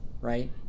right